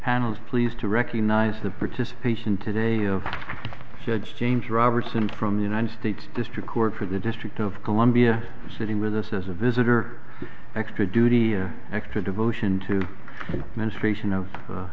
is pleased to recognize the participation today of judge james robertson from the united states district court for the district of columbia sitting with us as a visitor extra duty or extra devotion to the ministration of